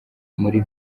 muri